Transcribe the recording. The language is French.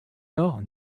nord